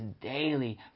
daily